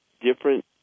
different